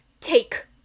take